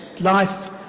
life